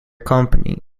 company